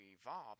evolve